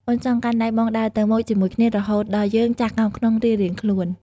អូនចង់កាន់ដៃបងដើរទៅមុខជាមួយគ្នា រហូតដល់យើងចាស់កោងខ្នងរៀងៗខ្លួន។